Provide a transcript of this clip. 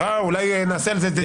אולי נעשה על זה דיון.